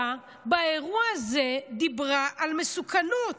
באירוע הזה המשטרה דיברה על מסוכנות.